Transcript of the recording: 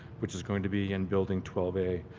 which is going to be in building twelve a.